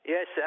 Yes